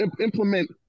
implement